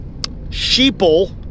sheeple